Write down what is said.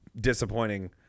disappointing